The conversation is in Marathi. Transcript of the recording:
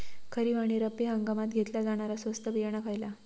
खरीप आणि रब्बी हंगामात घेतला जाणारा स्वस्त बियाणा खयला?